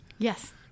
Yes